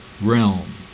realm